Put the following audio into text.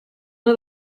una